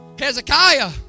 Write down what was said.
Hezekiah